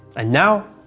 and now,